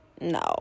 no